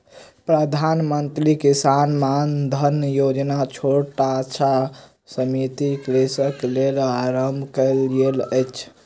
प्रधान मंत्री किसान मानधन योजना छोट आ सीमांत कृषकक लेल आरम्भ कयल गेल छल